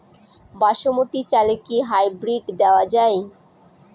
বাসমতী চালে কি হাইব্রিড দেওয়া য়ায়?